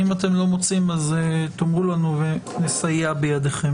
אם אתם לא מוצאים אז תאמרו לנו ולסייע בידכם.